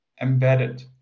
embedded